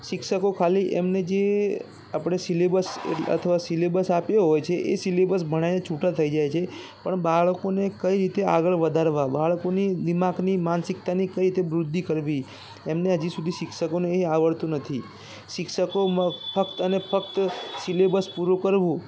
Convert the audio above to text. શિક્ષકો ખાલી એમને જે આપણે સિલેબસ અથવા સિલેબસ આપ્યો હોય છે એ સિલેબસ ભણાવીને છૂટા થઈ જાય છે પણ બાળકોને કઈ રીતે આગળ વધારવા બાળકોની દીમાગની માનસિકતાની કઈ રીતે વૃદ્ધિ કરવી એમને હજુ સુધી શિક્ષકોને આવડતું નથી શિક્ષકો ફક્ત અને ફક્ત સિલેબસ પૂરો કરવું